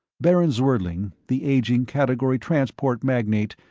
baron zwerdling, the aging category transport magnate,